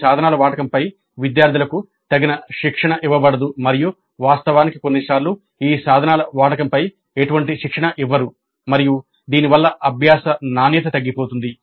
ఈ సాధనాల వాడకంపై విద్యార్థులకు తగిన శిక్షణ ఇవ్వబడదు మరియు వాస్తవానికి కొన్నిసార్లు ఈ సాధనాల వాడకంపై ఎటువంటి శిక్షణ ఇవ్వరు మరియు దీనివల్ల అభ్యాస నాణ్యత తగ్గిపోతుంది